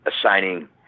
assigning